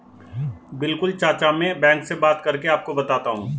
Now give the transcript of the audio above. बिल्कुल चाचा में बैंक से बात करके आपको बताता हूं